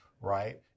right